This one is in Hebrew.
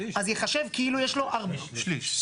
ייחשב כאילו יש לו ארבעים --- שליש.